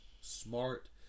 smart